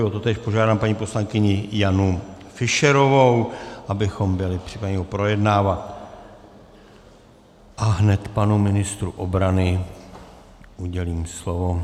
O totéž požádám paní poslankyni Janu Fischerovou, abychom byli připraveni ho projednávat, a hned panu ministru obrany udělím slovo.